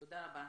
תודה רבה,